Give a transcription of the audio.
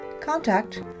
Contact